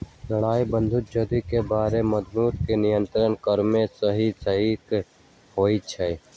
लड़ाइ बन्धन जुद्ध के बेर मुद्रास्फीति के नियंत्रित करेमे सेहो सहायक होइ छइ